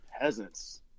peasants